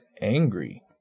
angry